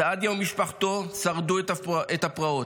סעדיה ומשפחתו שרדו את הפרעות,